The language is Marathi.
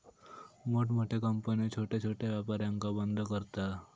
मोठमोठे कंपन्यो छोट्या छोट्या व्यापारांका बंद करता